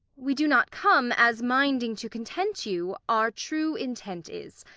we do not come, as minding to content you, our true intent is.